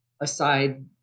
aside